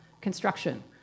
construction